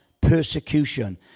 persecution